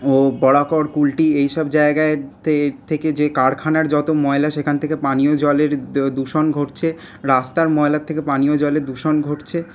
ও বরাকর কুলটি এইসব জায়গাতে থেকে যে কারখানার যত ময়লা সেখান থেকে পানীয় জলের দূষণ ঘটছে রাস্তার ময়লা থেকে পানীয় জলের দূষণ ঘটছে